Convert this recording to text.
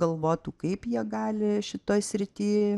galvotų kaip jie gali šitoj srityj